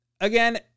Again